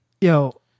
Yo